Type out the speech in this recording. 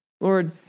Lord